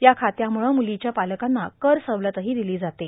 या खात्यामुळं मुलीच्या पालकांना कर सवलत दिली जाते